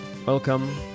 Welcome